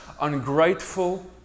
ungrateful